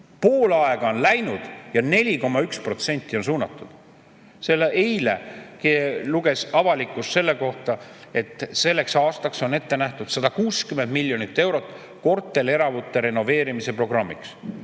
Pool aega on läinud ja 4,1%! Eile luges avalikkus selle kohta, et selleks aastaks on ette nähtud 160 miljonit eurot korterelamute renoveerimise programmiks.